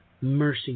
mercy